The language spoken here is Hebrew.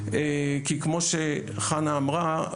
כי כמו שחנה אמרה,